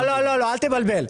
לא, אל תבלבל.